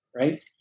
Right